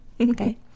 Okay